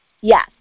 Yes